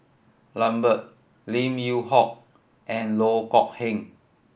Lambert Lim Yew Hock and Loh Kok Heng